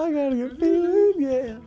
oh yeah